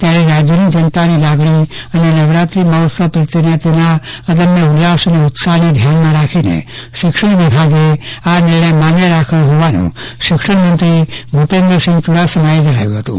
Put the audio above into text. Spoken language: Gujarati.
ત્યારે રાજયની જનતાની લાગણી અને નવરાત્રી મહોત્સવ પ્રત્યેના તેના અદમ્ય ઉલ્લાસ અને ઉત્સાહને ધ્યાનમા રાખીને શિક્ષણ વિભાગે આ નિર્ણય માન્ય રાખ્યો હોવાનું શિક્ષણમંત્રી ભૂપેન્દ્રસિંહ ચુડાસમાએ આજે જણાવ્યું હતું